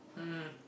hmm